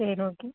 சரி ஓகே